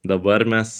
dabar mes